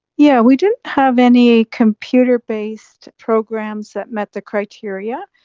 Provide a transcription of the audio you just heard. yeah we didn't have any computer based programs that met the criteria.